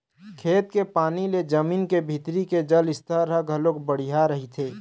खेत के पानी ले जमीन के भीतरी के जल स्तर ह घलोक बड़िहा रहिथे